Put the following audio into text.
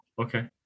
Okay